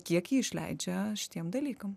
kiek ji išleidžia šitiem dalykam